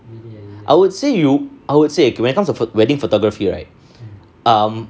I would say you I would say okay it comes to wedding photography right um